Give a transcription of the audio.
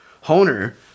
Honer